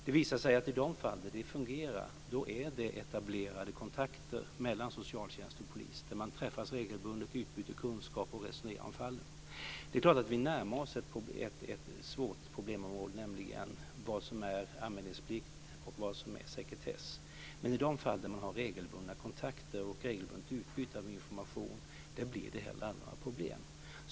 Det visar sig att i de fall där det fungerar är det etablerade kontakter mellan socialtjänst och polis. Man träffas regelbundet, utbyter kunskaper och resonerar om fallen. Det är klart att vi närmar oss ett svårt problemområde, nämligen vad som är anmälningsplikt och vad som är sekretess. Men i de fall där man har regelbundna kontakter och regelbundet utbyte av information blir det heller aldrig några problem.